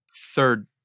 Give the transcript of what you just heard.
third